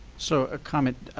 so a comment,